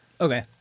Okay